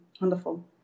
Wonderful